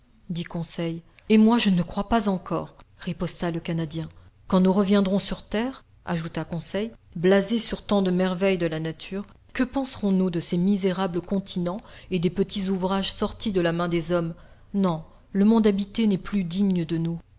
dit conseil et moi je ne le crois pas encore riposta le canadien quand nous reviendrons sur terre ajouta conseil blasés sur tant de merveilles de la nature que penserons-nous de ces misérables continents et des petits ouvrages sortis de la main des hommes non le monde habité n'est plus digne de nous